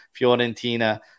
Fiorentina